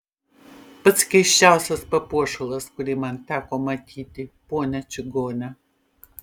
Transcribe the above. pats keisčiausias papuošalas kurį man teko matyti ponia čigone